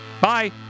Bye